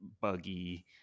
buggy